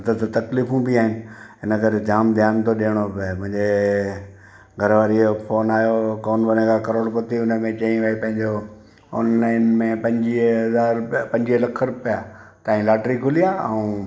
न त त तक्लीफूं बि आहिनि इनकरे जाम ध्यानु थो ॾियणो थो पिए मुंहिंजे घरवारीअ यो फ़ोन आहियो हो कौन बनेगा करोड़पति हुन में चयईं भई पंहिंजो ऑनलाईन में पंजुवीह हज़ार रुपिया पंजीवीह लख रुपया ताईं लाटरी खुली आहे ऐं